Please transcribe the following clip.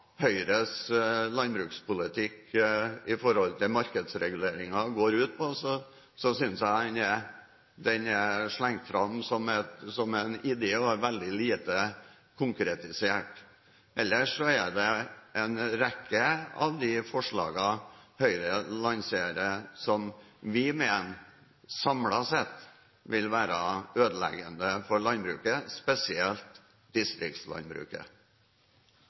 Høyres landbrukspolitikk med hensyn til markedsreguleringer går ut på, synes jeg den er slengt fram som en idé som er veldig lite konkretisert. Ellers er det en rekke av de forslagene Høyre lanserer, som vi mener samlet sett vil være ødeleggende for landbruket, spesielt for distriktslandbruket.